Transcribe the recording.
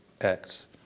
acts